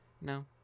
No